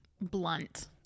blunt